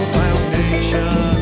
foundation